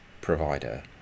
provider